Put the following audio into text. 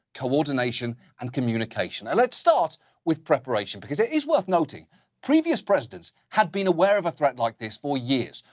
coordination, and communication. and let's start with preparation because it is worth noting previous presidents have been aware of a threat like this for years.